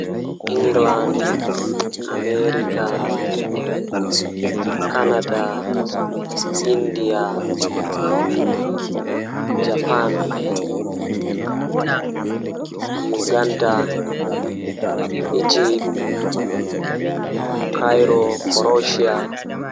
Taalel taalel jannata booyel, Woodi bingel feere don joodi haa nder suudu maako sei o laari nde o wailiti seo o laari dammugal feere kesum, Dammugal man bo waala no dum haa ton, Sei hunde man hilni mo masin o batti dammugal man nde o mabbiti sei o tawi dammugal man dum saare feere jei o andaa on.